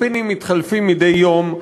הספינים מתחלפים מדי יום,